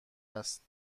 است